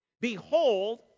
Behold